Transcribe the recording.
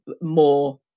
more